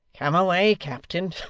come away, captain.